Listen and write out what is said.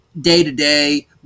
day-to-day